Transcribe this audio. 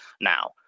now